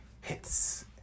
Hits